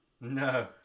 No